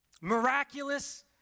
Miraculous